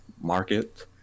Market